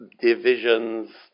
divisions